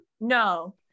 no